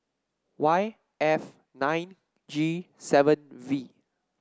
Y F nine G seven V